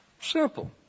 Simple